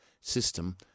system